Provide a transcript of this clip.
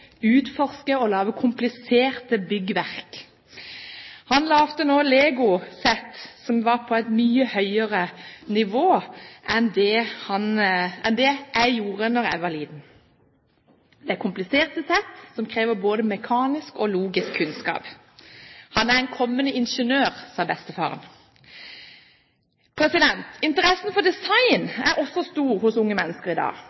utforske og lage kompliserte byggverk. Han fikk nå legosett som er på et mye høyere nivå enn det jeg fikk da jeg var liten. Det er kompliserte sett som krever både mekanisk og logisk kunnskap. Han er en kommende ingeniør, sa bestefaren. Interessen for design er også stor hos unge mennesker i dag.